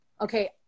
okay